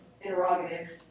interrogative